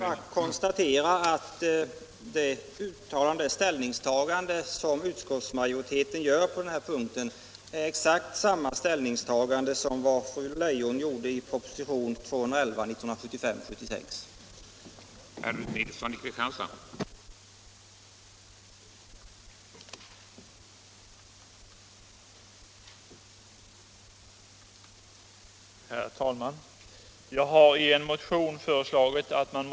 Jag vill bara konstatera att det ställningstagande som utskottsmajoriteten gör på den här punkten är exakt detsamma som det ställningstagande fru Leijon gjorde i propositionen 1975/76:211. politiken politiken 110